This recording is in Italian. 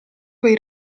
poi